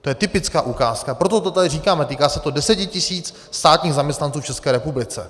To je typická ukázka, proto to tady říkám, týká se to deseti tisíc státních zaměstnanců v České republice.